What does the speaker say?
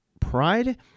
pride